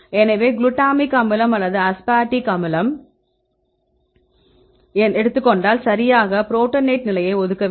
எனவே குளுட்டமிக் அமிலம் அல்லது அஸ்பார்டிக் அமிலம் எடுத்துக் கொண்டால் சரியாக புரோட்டனேட்டட் நிலையை ஒதுக்க வேண்டும்